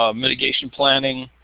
um mitigation planning,